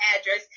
address